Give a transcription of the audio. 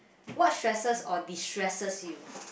what stresses or destresses you